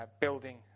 building